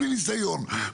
בלי ניסיון,